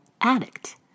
addict